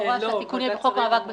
במפורש שהתיקון יהיה בחוק המאבק בטרור.